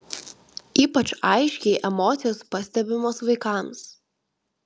ypač aiškiai emocijos pastebimos vaikams